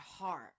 heart